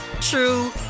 true